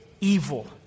evil